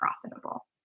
profitable